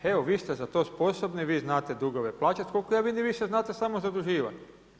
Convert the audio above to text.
Evo, vi ste za to sposobni, vi znate dugove plaćati, koliko ja vidim, vi se znate samo zaduživati.